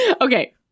okay